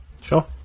Sure